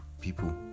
people